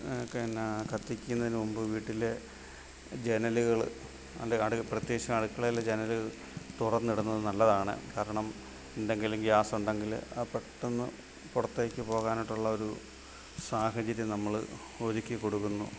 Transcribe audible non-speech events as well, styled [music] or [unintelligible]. എന്നാ കത്തിക്കുന്നതിന് മുമ്പ് വീട്ടിലെ ജനലുകൾ [unintelligible] പ്രത്യേകിച്ച് അടുക്കളയിലെ ജനലുകൾ തുറന്നിടുന്നത് നല്ലതാണ് കാരണം എന്തെങ്കിലും ഗ്യാസുണ്ടെങ്കിൽ അത് പെട്ടന്ന് പുറത്തേക്ക് പോകാനായിട്ടുള്ളൊരു സാഹചര്യം നമ്മൾ ഒരുക്കിക്കൊടുക്കുന്നു